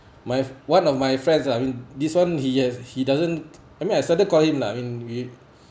my one of my friends ah I mean this [one] he has he doesn't I mean I started call him lah I mean we